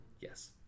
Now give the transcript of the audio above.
Yes